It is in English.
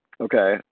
Okay